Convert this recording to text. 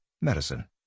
Medicine